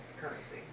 currency